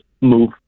move